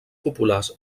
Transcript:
populars